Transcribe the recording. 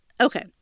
Okay